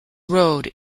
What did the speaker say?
road